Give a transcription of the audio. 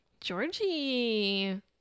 Georgie